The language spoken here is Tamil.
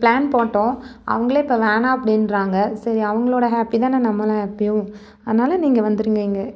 ப்ளான் போட்டோம் அவங்களே இப்போ வேணாம் அப்படின்றாங்க சரி அவங்களோட ஹாப்பி தான் நம்மளும் ஹாப்பியும் அதனால நீங்கள் வந்துடுங்க இங்கே